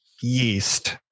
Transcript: yeast